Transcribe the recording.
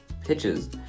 pitches